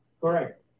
Correct